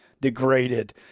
degraded